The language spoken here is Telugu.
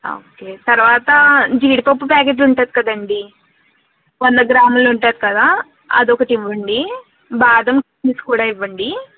ఓకే తర్వాతా జీడిపప్పు ప్యాకెట్ ఉంటది కదండి వంద గ్రాములు ఉంటుంది కదా అదొకటివ్వండి బాదం మిక్స్ కూడా ఇవ్వండీ